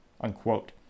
unquote